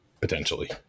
Potentially